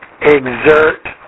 exert